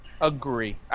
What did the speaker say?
Agree